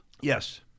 yes